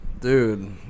Dude